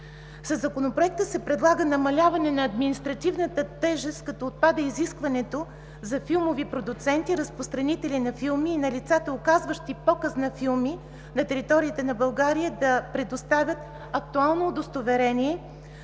Със Законопроекта се предлага намаляване на административната тежест като отпада изискването за филмови продуценти, разпространители на филми и на лицата, оказващи показ на филми на територията на България, да предоставят актуално удостоверение